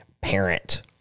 parent